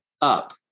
up